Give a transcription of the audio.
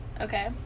Okay